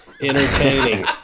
entertaining